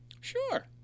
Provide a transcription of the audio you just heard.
Sure